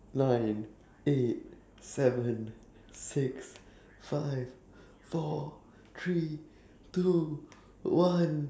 nine eight seven six five four three two one